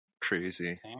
crazy